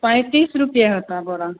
पैंतीस रुपए होतो बोरा